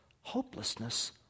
Hopelessness